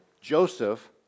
Joseph